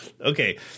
okay